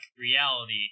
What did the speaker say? reality